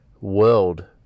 world